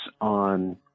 on